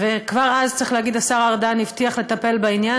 כבר אז, צריך להגיד, השר ארדן הבטיח לטפל בעניין.